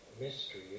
mystery